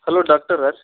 hello ಡಾಕ್ಟರ್ರ